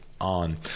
on